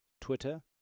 Twitter